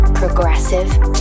progressive